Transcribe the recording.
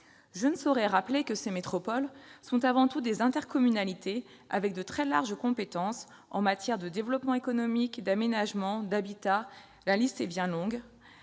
Je ne saurais manquer de rappeler que ces métropoles sont avant tout des intercommunalités avec de très larges compétences en matière de développement économique, d'aménagement, d'habitat, etc.- la liste est bien longue